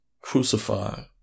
crucified